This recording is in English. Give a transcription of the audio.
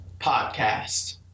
podcast